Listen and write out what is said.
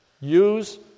Use